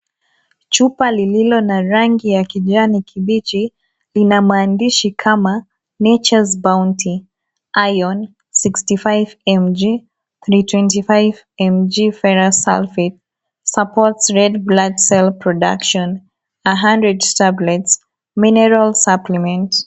Chupa lililo na rangi ya kijani kibichi, lina maandishi kama, nature's bounty, iron 65 mg, 325 mg ferrous sulphate, supports red blood cells production, 100 tablets, mineral supplements .